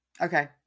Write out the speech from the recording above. Okay